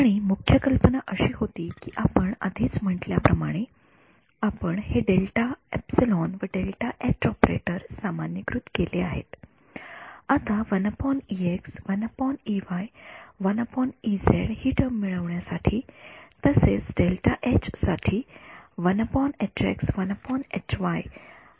आणि मुख्य कल्पना अशी होती की आपण आधीच वर म्हटल्या प्रमाणे आपण हे व ऑपरेटर सामान्यीकृत केले आहेत आता हि टर्म मिळवण्या साठी तसेच साठी ठीक आहे